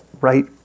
right